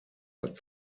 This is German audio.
hat